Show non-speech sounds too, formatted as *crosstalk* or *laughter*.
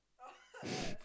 *breath*